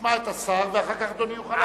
נשמע את השר ואחר כך אדוני יוכל להשיב.